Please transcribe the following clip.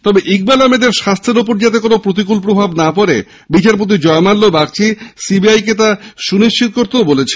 তবে ইকবাল আহমেদের স্বাস্হ্যের ওপর যাতে কোন প্রতিকল প্রভাব না পডে বিচারপতি Joymalya Bagchi C B I কে তা সুনিশ্চিত করতে বলেছেন